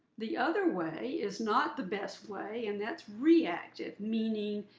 the other way is not the best way and that's reactive meaning,